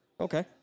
Okay